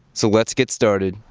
so let's get started.